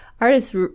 artists